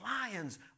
lions